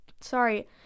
sorry